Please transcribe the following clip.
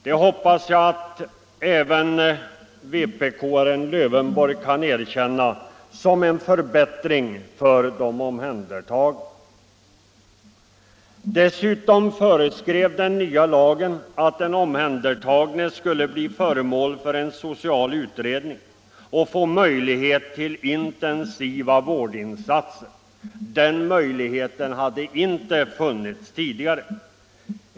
Det hoppas jag att även vpk:aren Lövenborg kan erkänna som en förbättring för de omhändertagna. Dessutom föreskrev den nya lagen att den omhändertagne kunde bli föremål för en social utredning och ha möjlighet att bli föremål för intensiva vårdinsatser. Den möjligheten fanns inte tidigare.